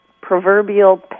proverbial